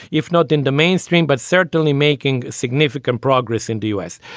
if not in the mainstream. but certainly making significant progress in the u s.